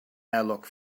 airlock